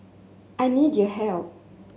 I need your help